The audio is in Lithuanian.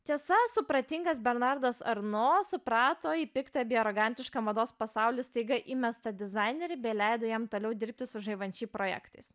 tiesa supratingas bernardas arnos suprato piktą bei arogantišką mados pasaulis staiga įmesta dizainerį bei leido jam toliau dirbti su givenchy projektais